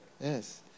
Yes